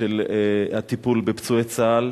של הטיפול בפצועי צה"ל,